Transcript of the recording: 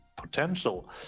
potential